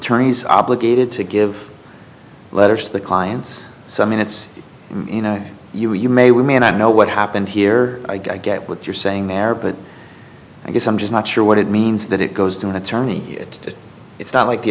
attorneys obligated to give letters to the clients so i mean it's you know you you may we may not know what happened here i get what you're saying there but i guess i'm just not sure what it means that it goes down attorney it it's not like the